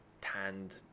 tanned